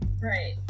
Right